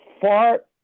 far